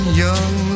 young